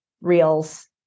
reels